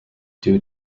due